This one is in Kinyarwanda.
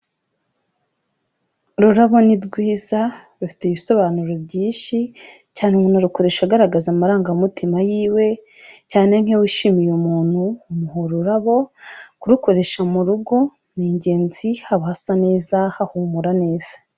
Ururabo ni rwiza, rufite ibisobanuro byinshi, cyane umuntu arukoresha agaragaza amarangamutima yiwe, cyane nk'iyo wishimiye umuntu umuha ururabo, kurukoresha mu rugo ni ingenzi haba hasa neza, hahumura neza.